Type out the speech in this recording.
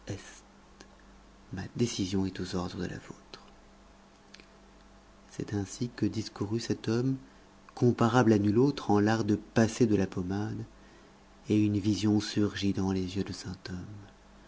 ma décision est aux ordres de la vôtre c'est ainsi que discourut cet homme comparable à nul autre en l'art de passer de la pommade et une vision surgit devant les yeux de